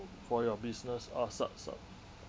for your business all sorts ah